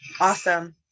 awesome